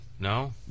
No